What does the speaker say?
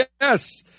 Yes